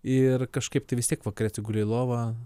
ir kažkaip tai vis tiek vakare atsiguli į lovą